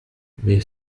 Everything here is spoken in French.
mais